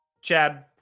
Chad